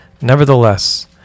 Nevertheless